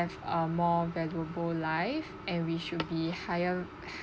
a more valuable life and we should be higher